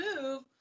move